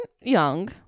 Young